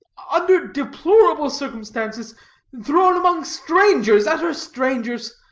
under deplorable circumstances thrown among strangers, utter strangers.